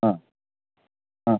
ആ ആ